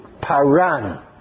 Paran